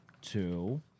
two